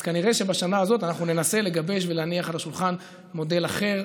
אז כנראה בשנה הזאת אנחנו ננסה לגבש ולהניח על השולחן מודל אחר,